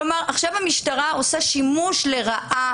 כלומר, המשטרה עושה שימוש לרעה